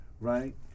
Right